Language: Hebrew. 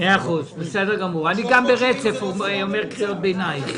אתם משאירים את זה כפי שהיה אז.